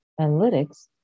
Analytics